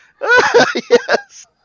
Yes